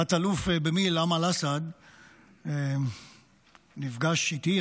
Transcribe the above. תת-אלוף במיל' אמל אסעד נפגש איתי,